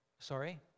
sorry